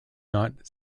not